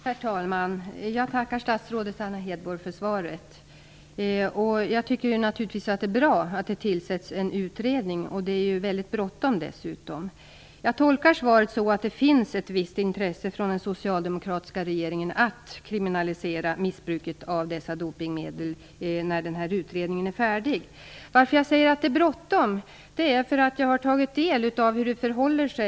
Herr talman! Jag tackar statsrådet Anna Hedborg för svaret. Jag tycker naturligtvis att det är bra att det tillsätts en utredning. Det är dessutom väldigt bråttom. Jag tolkar svaret så att det finns ett visst intresse från den socialdemokratiska regeringen för att kriminalisera missbruket av dessa dopningsmedel när denna utredning är färdig. Jag säger att det är bråttom, därför att jag har tagit del av hur det förhåller sig.